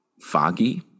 Foggy